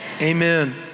amen